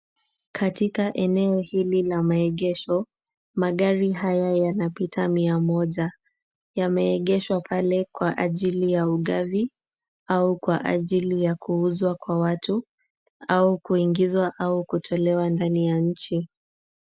Katika eneo hili la maegesho, magari haya yanapita mia moja. Yameegeshwa pale kwa ajili ya ugavi au kwa ajili ya kuuzwa kwa watu au kuingizwa au kutolewa ndani ya nchi.